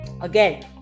again